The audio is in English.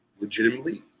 legitimately